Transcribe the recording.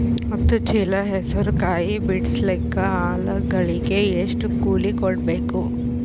ಹತ್ತು ಚೀಲ ಹೆಸರು ಕಾಯಿ ಬಿಡಸಲಿಕ ಆಳಗಳಿಗೆ ಎಷ್ಟು ಕೂಲಿ ಕೊಡಬೇಕು?